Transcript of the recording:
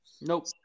Nope